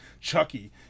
Chucky